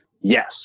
Yes